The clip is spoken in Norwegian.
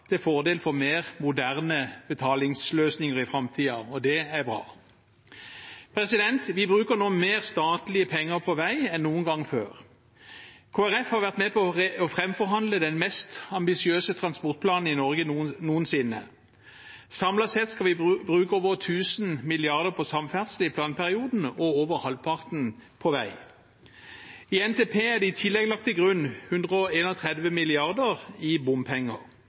til fordel for mer moderne betalingsløsninger i framtiden, og det er bra. Vi bruker nå mer statlige penger på vei enn noen gang før. Kristelig Folkeparti har vært med på å framforhandle den mest ambisiøse transportplanen i Norge noensinne. Samlet sett skal vi bruke over 1 000 mrd. kr på samferdsel i planperioden og over halvparten på vei. I NTP er det i tillegg lagt til grunn 131 mrd. kr i bompenger.